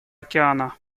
океана